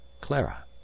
CLARA